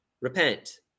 repent